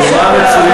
זה שאתה,